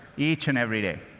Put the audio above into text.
each and every day.